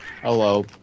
Hello